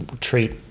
treat